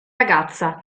ragazza